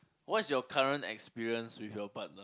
what's your current experience with your partner